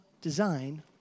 design